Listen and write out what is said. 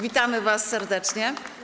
Witamy was serdecznie.